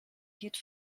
geht